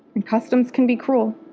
and customs can be cruel.